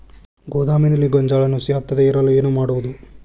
ಗೋದಾಮಿನಲ್ಲಿ ಗೋಂಜಾಳ ನುಸಿ ಹತ್ತದೇ ಇರಲು ಏನು ಮಾಡುವುದು?